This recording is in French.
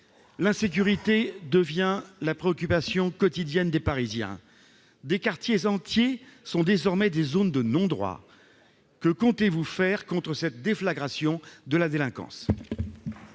l'insécurité devient la préoccupation quotidienne des Parisiens. Des quartiers entiers sont désormais des zones de non-droit. Que comptez-vous faire contre cette déflagration de la délinquance ?